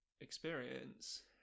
experience